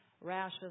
rashes